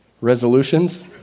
Resolutions